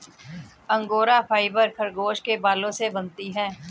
angora fibre खरगोश के बालों से बनती है